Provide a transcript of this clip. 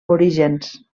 orígens